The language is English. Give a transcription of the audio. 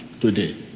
today